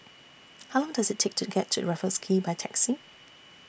How Long Does IT Take to get to Raffles Quay By Taxi